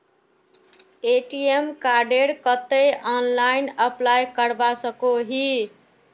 ATM कार्डेर केते online apply करवा सकोहो ही?